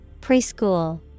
Preschool